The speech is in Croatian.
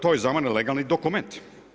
To je za mene legalni dokument.